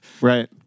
Right